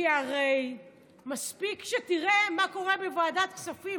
כי הרי מספיק שתראה מה קורה בוועדת כספים.